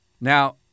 Now